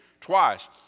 twice